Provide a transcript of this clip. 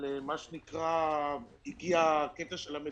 עכשיו בדרך לכאן התקשר אליי יהודי שהוא ללא אזרחות ישראלית,